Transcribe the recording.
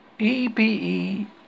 EBE